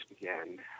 again